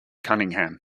cunningham